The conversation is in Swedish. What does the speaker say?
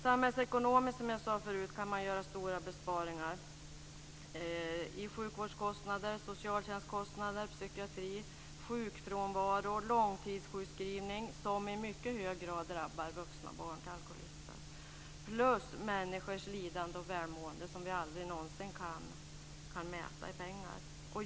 Samhällsekonomiskt kan man, som jag tidigare sade, göra stora besparingar på sjukvårds och socialtjänstskostnader, på kostnader inom psykiatri, på minskad sjukfrånvaro och långtidssjukskrivning, som i mycket hög grad drabbar vuxna barn till alkoholister. Därtill kommer effekter i form av lidande som vi aldrig någonsin kan mäta i pengar.